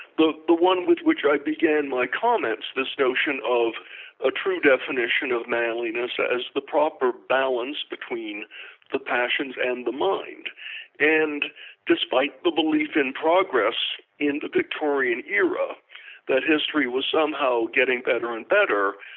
the the one with which i began my comments, this notion of a true definition of manliness as the proper balance between the passions and the mind and despite the belief of progress in the victorian era that history was somehow getting better and better,